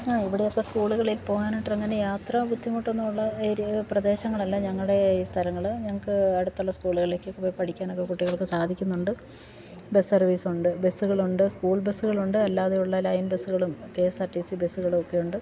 ആ ഇവിടെയൊക്കെ സ്കൂളുകളിൽ പോകാനാട്ടങ്ങനെ യാത്ര ബുദ്ധിമുട്ടൊന്നുമുള്ള ഏരിയ പ്രദേശങ്ങളല്ല ഞങ്ങളുടേ ഈ സ്ഥലങ്ങൾ ഞങ്ങൾക്ക് അടുത്തുള്ള സ്കൂളുകളിലൊക്കെ പോയി പഠിക്കാനൊക്കെ കുട്ടികൾക്ക് സാധിക്കുന്നുണ്ട് ബസ് സർവ്വീസുണ്ട് ബസ്സുകളുണ്ട് സ്കൂൾ ബസ്സുകളുണ്ട് അല്ലാതെയുള്ള ലൈൻ ബസ്സുകളും K S R T C ബസ്സുകളൊക്കെ ഉണ്ട്